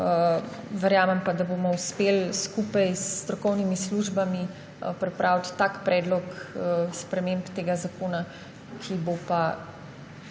Verjamem pa, da bomo uspeli skupaj s strokovnimi službami pripraviti tak predlog sprememb tega zakona, ki bo